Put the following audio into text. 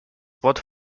wort